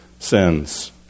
sins